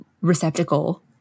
receptacle